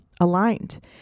aligned